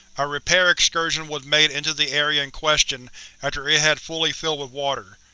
a repair excursion was made into the area in question after it had fully filled with water.